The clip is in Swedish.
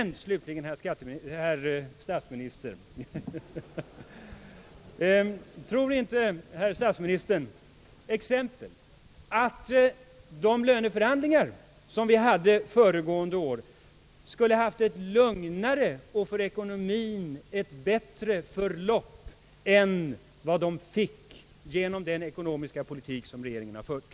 Slutligen vill jag fråga statsministern, om han inte tror att de löneförhandlingar som vi hade föregående år skulle haft ett lugnare och för ekonomien bättre förlopp med en annan ekonomisk politik och skattepolitik från regeringens sida.